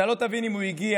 אתה לא תבין אם הוא הגיע